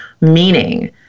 meaning